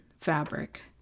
fabric